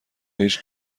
هیچ